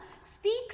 speaks